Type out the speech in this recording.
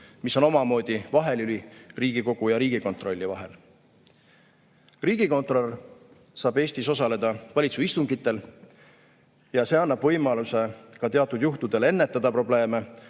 mis on omamoodi vahelüli Riigikogu ja Riigikontrolli vahel. Riigikontrolör saab Eestis osaleda valitsuse istungitel ja see annab võimaluse ka teatud juhtudel ennetada probleeme,